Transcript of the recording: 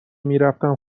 میرفتم